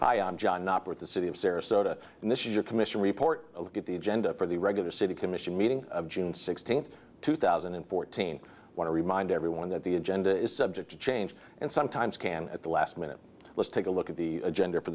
am john up with the city of sarasota and this is a commission report of get the agenda for the regular city commission meeting of june sixteenth two thousand and fourteen want to remind everyone that the agenda is subject to change and sometimes can at the last minute let's take a look at the agenda for